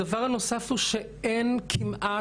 הדבר הנוסף הוא שאין כמעט,